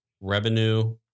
revenue